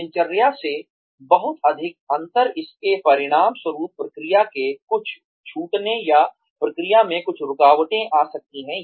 दिनचर्या से बहुत अधिक अंतर इसके परिणामस्वरूप प्रक्रिया के कुछ टूटने या प्रक्रिया में कुछ रुकावटें आ सकती हैं